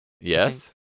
Yes